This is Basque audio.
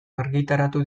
argitaratu